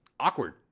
Awkward